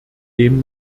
dem